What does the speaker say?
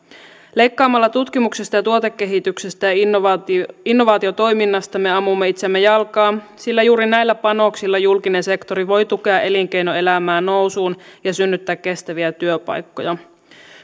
leikkaamalla tutkimuksesta ja tuotekehityksestä ja innovaatiotoiminnasta me ammumme itseämme jalkaan sillä juuri näillä panoksilla julkinen sektori voi tukea elinkeinoelämää nousuun ja synnyttää kestäviä työpaikkoja